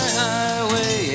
highway